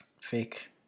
Fake